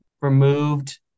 removed